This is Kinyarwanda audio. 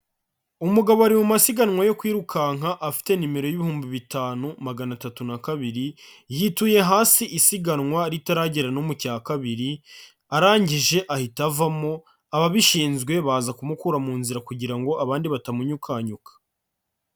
Umugabo ari mu masiganwa yo kwirukanka afite nimero y'ibihumbi bitanu magana atatu na kabiri, yituye hasi isiganwa ritaragera no mu cya kabiri, arangije ahita avamo ababishinzwe baza kumukura mu nzira kugira ngo abandi batamunyukanyuka.